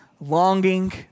longing